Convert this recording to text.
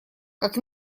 как